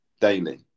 daily